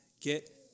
get